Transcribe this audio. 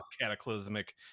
cataclysmic